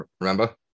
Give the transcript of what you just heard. Remember